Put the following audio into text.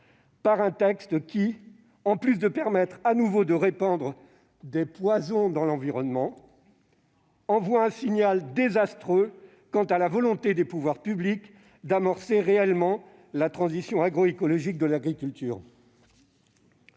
par un texte qui non seulement permet de répandre de nouveau des poisons dans l'environnement, mais envoie un signal désastreux quant à la volonté des pouvoirs publics d'amorcer réellement la transition agroécologique de l'agriculture.